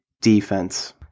defense